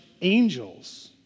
angels